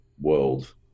world